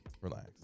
Relax